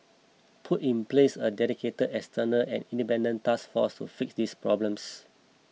put in place a dedicated external and independent task force to fix these problems